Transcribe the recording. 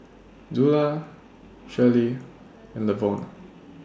Zula Charley and Levon